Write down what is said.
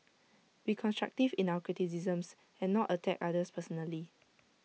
be constructive in our criticisms and not attack others personally